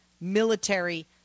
military